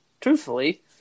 truthfully